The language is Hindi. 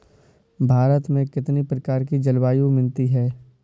भारत में कितनी प्रकार की जलवायु मिलती है?